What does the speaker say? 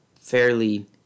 fairly